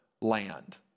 land